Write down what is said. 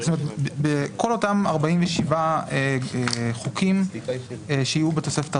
בכל אותם 47 חוקים שיהיו בתוספת הרביעית.